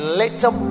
little